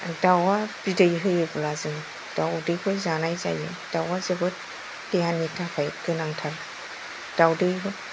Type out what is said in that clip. दावआ बिदै होयोब्ला जों दावदैखौ जानाय जायो दावआ जोबोद देहानि थाखाय गोनांथार दावदैबो